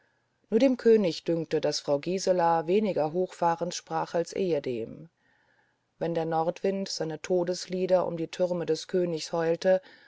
nur dem könig dünkte daß frau gisela weniger hochfahrend sprach als ehedem wenn der nordwind seine todeslieder um die türme des königs heulte